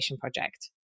project